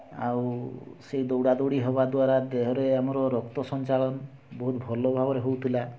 ଆଉ ସେହି ଦୌଡ଼ା ଦୌଡ଼ି ହେବା ଦ୍ଵାରା ଦେହରେ ଆମର ରକ୍ତ ସଞ୍ଚାଳନ ବହୁତ ଭଲ ଭାବରେ ହେଉଥିଲା